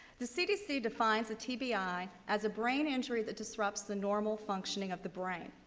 the cdc defines a tbi as a brain injury that disrupts the normal functioning of the brain.